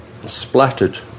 splattered